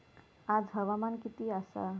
आज हवामान किती आसा?